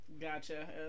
Gotcha